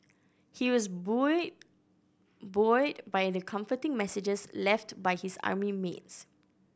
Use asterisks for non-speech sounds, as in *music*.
he was *unintelligible* buoyed by the comforting messages left by his army mates